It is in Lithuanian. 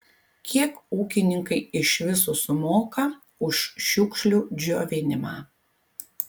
kiek ūkininkai iš viso sumoka už šiukšlių džiovinimą